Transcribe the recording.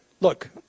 look